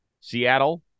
Seattle